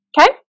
okay